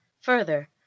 Further